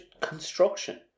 construction